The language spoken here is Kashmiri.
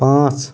پانٛژھ